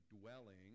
dwelling